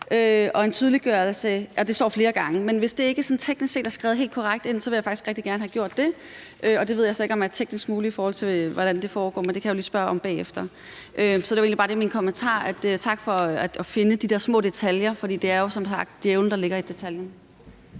massemedier. Det står der flere gange, men hvis det ikke sådan teknisk set er skrevet helt korrekt ind, så vil jeg faktisk rigtig gerne have gjort det, og det ved jeg så ikke om er teknisk muligt, i forhold til hvordan det foregår, men det kan jeg jo lige spørge om bagefter. Så det var egentlig bare det, der var min kommentar. Tak for at finde de der små detaljer, for det er jo som sagt djævlen, der ligger i detaljen.